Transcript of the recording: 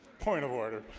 point of order